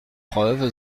preuve